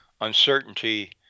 uncertainty